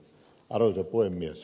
arvoisa puhemies